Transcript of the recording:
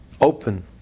open